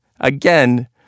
Again